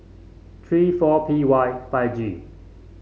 three four P Y five G